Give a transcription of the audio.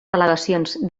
delegacions